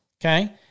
okay